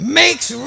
makes